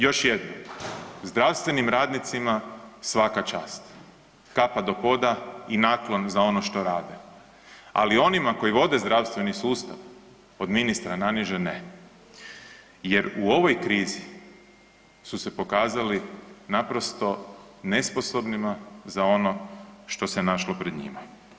Još jednom, zdravstvenim radnicima svaka čast, kapa do poda i naklon za ono što rade, ali onima koji vode zdravstveni sustav od ministra naniže ne, jer u ovoj krizi su se pokazali naprosto nesposobnima za ono što se našlo pred njima.